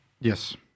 Yes